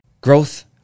Growth